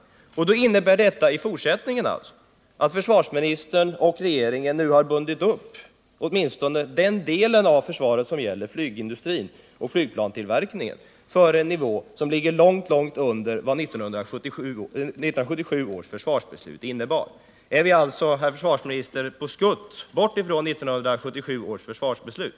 Detta innebär att försvarsministern och regeringen för fortsättningen har lagt fast åtminstone den del av försvaret som gäller flygvapnet, på en nivå långt under vad 1977 års försvarsbeslut innebar. Är herr försvarsministern på väg bort från 1977 års försvarsbeslut?